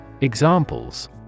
Examples